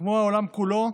כמו העולם כולו,